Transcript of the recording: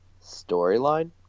storyline